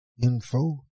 info